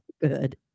Good